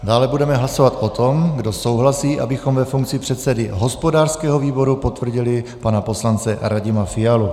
Dále budeme hlasovat o tom, kdo souhlasí, abychom ve funkci předsedy hospodářského výboru potvrdili pana poslance Radima Fialu.